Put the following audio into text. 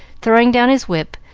throwing down his whip,